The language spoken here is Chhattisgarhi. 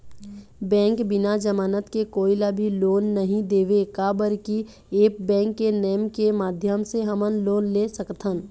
बैंक बिना जमानत के कोई ला भी लोन नहीं देवे का बर की ऐप बैंक के नेम के माध्यम से हमन लोन ले सकथन?